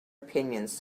opinions